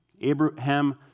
Abraham